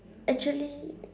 actually